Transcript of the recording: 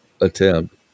attempt